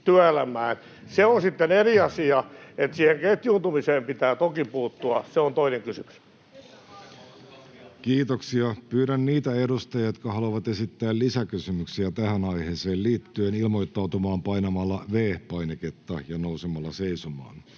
Se on sitten eri asia, että siihen ketjuuntumiseen pitää toki puuttua. Se on toinen kysymys. Kiitoksia. — Pyydän niitä edustajia, jotka haluavat esittää lisäkysymyksiä tähän aiheeseen liittyen, ilmoittautumaan painamalla V-painiketta ja nousemalla seisomaan.